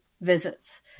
visits